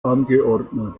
angeordnet